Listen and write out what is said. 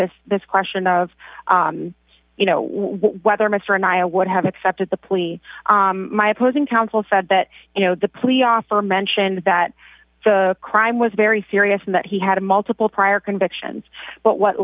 this this question of you know whether mr naya would have accepted the plea my opposing counsel said that you know the plea offer mentioned that the crime was very serious and that he had multiple prior convictions but what